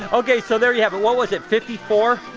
okay, so there you have it, what was it, fifty four?